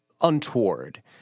untoward